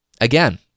again